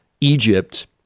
Egypt